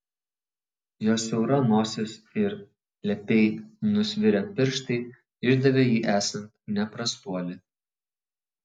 jo siaura nosis ir lepiai nusvirę pirštai išdavė jį esant ne prastuoli